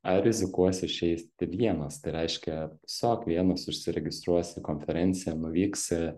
ar rizikuosi išeiti vienas tai reiškia tiesiog vienas užsiregistruosi konferenciją nuvyksi